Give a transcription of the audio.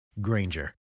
Granger